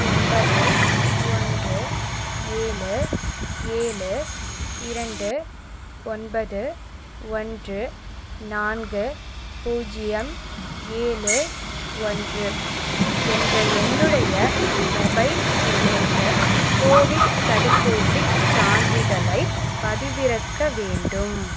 ஒன்பது ஒன்று ஏழு ஏழு இரண்டு ஒன்பது ஒன்று நான்கு பூஜ்ஜியம் ஏழு ஒன்று என்ற என்னுடைய மொபைல் எண்ணுக்கு கோவிட் தடுப்பூசிச் சான்றிதழைப் பதிவிறக்க வேண்டும்